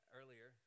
earlier